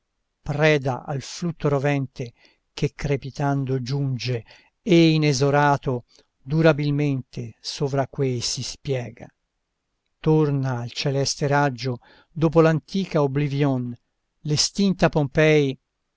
preda al flutto rovente che crepitando giunge e inesorato durabilmente sovra quei si spiega torna al celeste raggio dopo l'antica obblivion l'estinta pompei